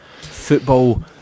football